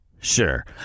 Sure